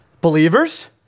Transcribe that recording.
believers